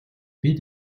бид